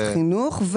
בוועדת חינוך.